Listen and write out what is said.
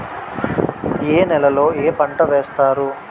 ఏ నేలలో ఏ పంట వేస్తారు?